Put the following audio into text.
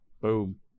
Boom